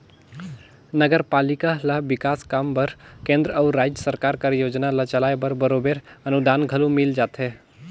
नगरपालिका ल बिकास काम बर केंद्र अउ राएज सरकार कर योजना ल चलाए बर बरोबेर अनुदान घलो मिल जाथे